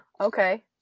okay